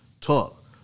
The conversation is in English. talk